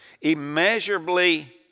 Immeasurably